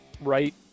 right